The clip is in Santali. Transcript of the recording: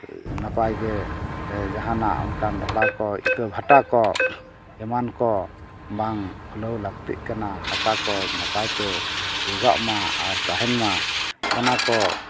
ᱱᱟᱯᱟᱭᱜᱮ ᱡᱟᱦᱟᱱᱟᱜ ᱚᱱᱠᱟᱱ ᱰᱷᱚᱰᱟ ᱠᱚ ᱤᱴᱟᱹ ᱵᱷᱟᱴᱟ ᱠᱚ ᱮᱢᱟᱱ ᱠᱚ ᱵᱟᱝ ᱠᱷᱩᱞᱟᱹᱣ ᱞᱟᱹᱠᱛᱤᱜ ᱠᱟᱱᱟ ᱦᱟᱥᱟ ᱠᱚ ᱱᱟᱯᱟᱭᱛᱮ ᱡᱚᱜᱟᱜᱼᱢᱟ ᱟᱨ ᱛᱟᱦᱮᱱᱼᱢᱟ ᱚᱱᱟ ᱠᱚ